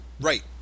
Right